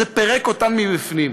זה פירק אותן מבפנים.